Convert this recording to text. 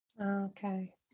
Okay